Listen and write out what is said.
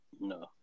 No